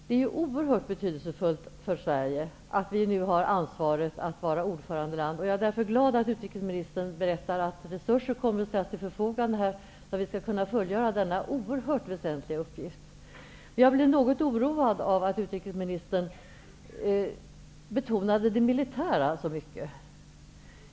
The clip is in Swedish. Det är oerhört betydelsefullt för Sverige att vi nu har ansvaret att vara ordförandeland. Jag är därför glad att utrikesministern berättar att resurser kommer att ställas till förfogande för att vi skall kunna fullgöra denna mycket väsentliga uppgift. Jag blev något oroad av att utrikesministern betonade det militära så mycket.